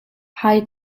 hai